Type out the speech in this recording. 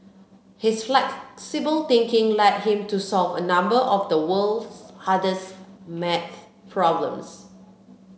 his flexible thinking led him to solve a number of the world's hardest maths problems